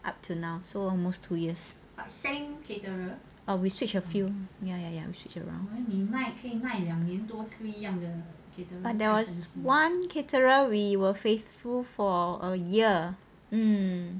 up to now so almost two years oh we switch a few ya ya ya we switch around but there was one caterer we were faithful for a year um